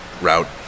route